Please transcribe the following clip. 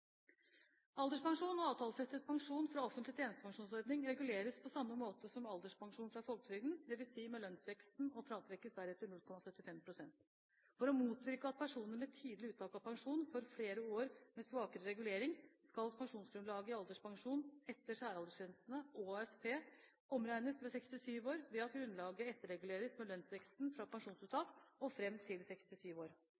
Alderspensjon og avtalefestet pensjon fra offentlig tjenestepensjonsordning reguleres på samme måte som alderspensjon fra folketrygden, dvs. med lønnsveksten, og fratrekkes deretter 0,75 pst. For å motvirke at personer med tidlig uttak av pensjon får flere år med svakere regulering, skal pensjonsgrunnlaget i alderspensjon etter særaldersgrense og AFP omregnes ved 67 år ved at grunnlaget etterreguleres med lønnsveksten fra